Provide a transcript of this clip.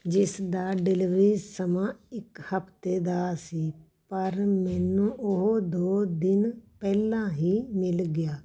ਜਿਸਦਾ ਡਿਲਵਰੀ ਸਮਾਂ ਇੱਕ ਹਫ਼ਤੇ ਦਾ ਸੀ ਪਰ ਮੈਨੂੰ ਉਹ ਦੋ ਦਿਨ ਪਹਿਲਾਂ ਹੀ ਮਿਲ ਗਿਆ